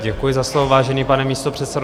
Děkuji za slovo, vážený pane místopředsedo.